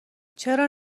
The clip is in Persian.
چرا